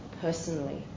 personally